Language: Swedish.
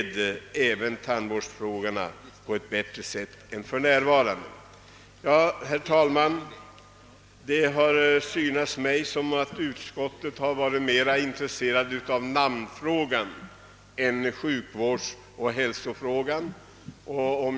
Det synes mig, herr talman, som om utskottet varit mera intresserat av namnfrågan än av sjukvårdsoch hälsovårdsfrågan.